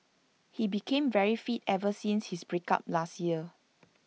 he became very fit ever since his break up last year